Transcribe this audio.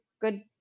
good